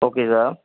okay sir